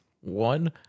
one